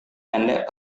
pendek